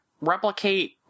replicate